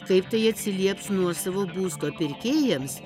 kaip tai atsilieps nuosavo būsto pirkėjams